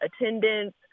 attendance